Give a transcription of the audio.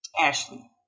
Ashley